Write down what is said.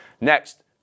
Next